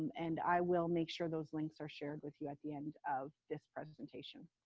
and i will make sure those links are shared with you at the end of this presentation.